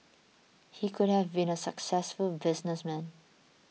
he could have been a successful businessman